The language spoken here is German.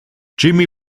jimmy